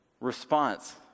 response